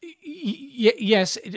yes